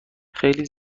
خیلی